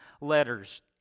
letters